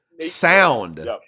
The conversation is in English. sound